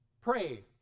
Pray